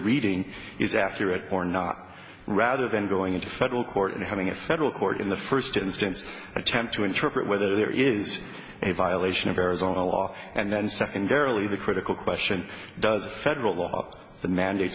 reading is accurate or not rather than going into federal court and having a federal court in the first instance attempt to interpret whether there is a violation of arizona law and then secondarily the critical question does a federal law the mandate